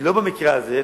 לא במקרה הזה,